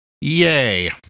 yay